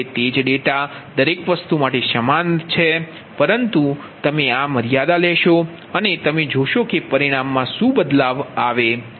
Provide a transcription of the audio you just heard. હવે તે જ ડેટા દરેક વસ્તુ માટે સમાન ડેટા છે પરંતુ અમે આ મર્યાદા લઈશું અને તમે જોશો કે પરિણામમાં શું બદલાવ આવે છે